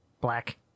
Black